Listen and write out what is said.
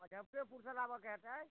मुजफ्फरपुरसँ लाबऽके होयतै